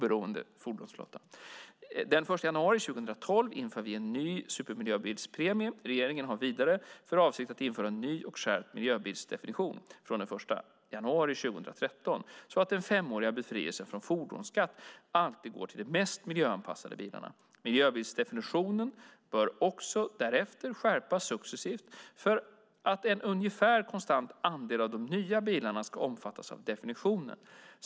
Den 1 januari 2012 inför vi en ny supermiljöbilspremie. Regeringen har vidare för avsikt att införa en ny och skärpt miljöbilsdefinition från den 1 januari 2013 så att den femåriga befrielsen från fordonsskatt alltid går till de mest miljöanpassade bilarna. Miljöbilsdefinitionen bör också därefter skärpas successivt för att en ungefärlig konstant andel av de nya bilarna ska omfattas av definitionen.